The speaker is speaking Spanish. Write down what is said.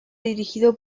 dirigido